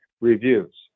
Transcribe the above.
reviews